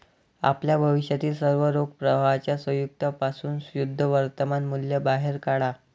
आपल्या भविष्यातील सर्व रोख प्रवाहांच्या संयुक्त पासून शुद्ध वर्तमान मूल्य बाहेर काढा